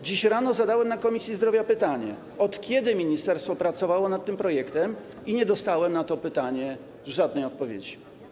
Dziś rano zadałem na posiedzeniu Komisji Zdrowia pytanie, od kiedy ministerstwo pracowało nad tym projektem, i nie dostałem na to pytanie żadnej odpowiedzi.